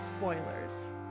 spoilers